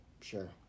Sure